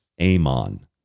Amon